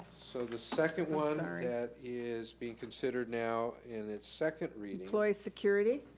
so the second one. i'm sorry. that is being considered now in it's second reading. employee security,